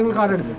hundred